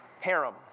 harem